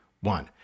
one